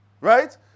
right